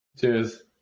Cheers